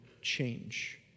change